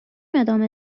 ادامه